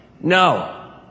No